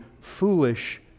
foolish